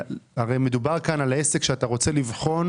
הרי מדובר כאן על עסק שאתה רוצה לבחון